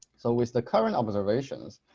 so with the current observations,